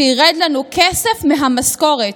שירד לנו כסף מהמשכורת.